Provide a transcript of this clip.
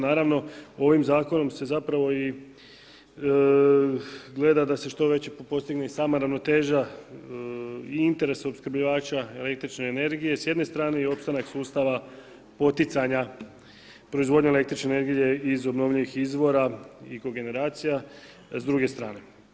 Naravno ovim zakonom se zapravo i gleda da se što veća postigne i sama ravnoteža i interes opskrbljivača električne energije s jedne strane i opstanak sustava poticanja proizvodnje električne energije iz obnovljivih izvora i kogeneracija s druge strane.